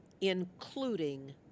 including